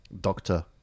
Doctor